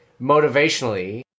motivationally